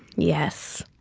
yes